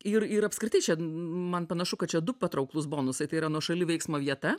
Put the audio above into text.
ir ir apskritai čia man panašu kad čia du patrauklūs bonusai tai yra nuošali veiksmo vieta